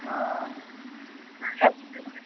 ହଁ ଖାଇବା ପିଇବା ଔଷଧ